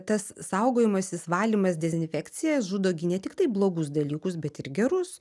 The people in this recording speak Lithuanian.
tas saugojimasis valymas dezinfekcija žudo gi ne tiktai blogus dalykus bet ir gerus